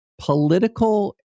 political